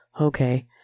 Okay